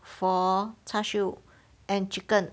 for char siew and chicken